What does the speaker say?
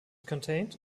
contained